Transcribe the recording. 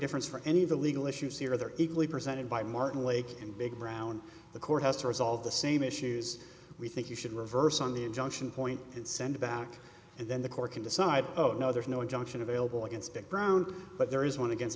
difference for any of the legal issues here they're equally presented by martin lake and big brown the court has to resolve the same issues we think you should reverse on the injunction point and send back and then the court can decide oh no there's no injunction available against big brown but there is one against